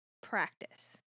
practice